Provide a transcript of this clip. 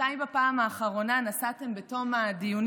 מתי בפעם האחרונה נסעתם בתום הדיונים